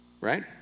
right